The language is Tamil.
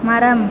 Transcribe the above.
மரம்